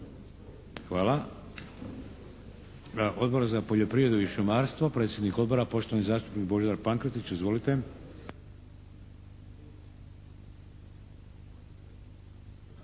Hvala. Odbor za poljoprivredu i šumarstvo, predsjednik odbora, poštovani zastupnik Božidar Pankretić. Izvolite.